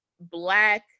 black